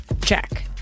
check